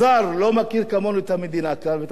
ולא מכיר כמוני את המדינה כאן ואת החברה,